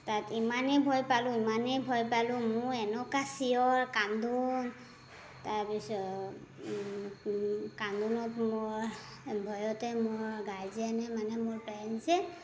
তাত ইমানেই ভয় পালোঁ ইমানেই ভয় পালোঁ মোৰ এনেকুৱা চিঞৰ কান্দোন তাৰ পিছত কান্দোনত মোৰ ভয়তে মোৰ গাৰ্জেনে মানে মোৰ পেৰেণ্ঞ্চে